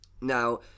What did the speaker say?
Now